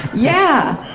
yeah!